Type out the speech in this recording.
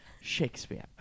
Shakespeare